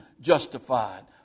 justified